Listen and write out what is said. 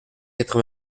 quatre